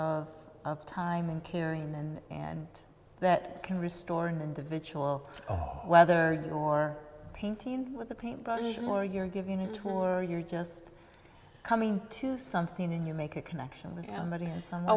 of time and caring man and that can restore an individual whether your painting with the pain or you're given a toy you're just coming to something and you make a connection with somebody